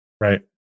Right